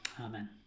Amen